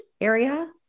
area